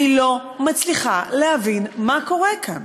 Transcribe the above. אני לא מצליחה להבין מה קורה כאן.